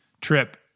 trip